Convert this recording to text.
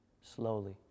slowly